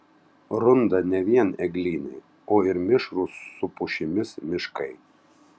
runda ne vien eglynai o ir mišrūs su pušimis miškai